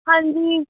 ਹਾਂਜੀ